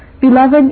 Beloved